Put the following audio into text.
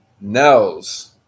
Nels